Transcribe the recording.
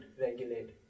regulate